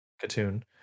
cartoon